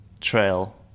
trail